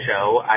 show